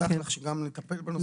הבטחנו לטפל בנושא.